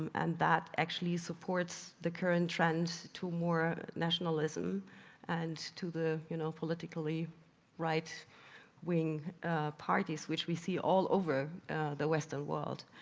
and that actually supports the current trend to more nationalism and to the you know politically right-wing parties which we see all over the western world.